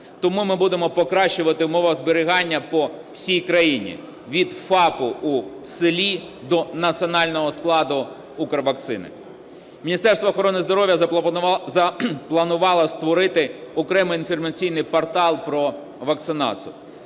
Тому ми будемо покращувати умови зберігання по всій країні від ФАПу в селі до національного складу "Укрвакцина". Міністерство охорони здоров'я запланувало створити окремий інформаційний портал про вакцинацію.